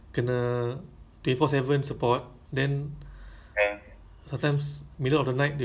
ah that's why then but even if you work from home you still need to like